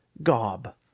gob